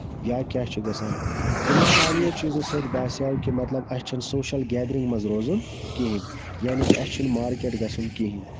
یا کیاہ چھُ گژھان تِمو ساروی چیٖزَو سۭتۍ باسٮ۪و کہِ مطلب اَسہِ چھُ سوشَل گٮ۪درِنگ منٛز روزُن کِہیٖنۍ یعنے کہِ اَسہِ چھُنہٕ مارکٮ۪ٹ گژھُن کِہیٖنۍ نہٕ